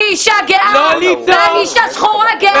אני אישה גאה, אני אישה שחורה גאה.